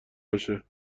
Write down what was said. باشه